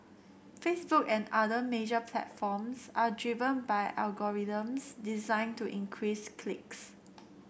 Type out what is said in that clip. Facebook and other major platforms are driven by algorithms designed to increase clicks